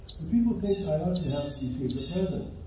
the people think i ought to have received a present.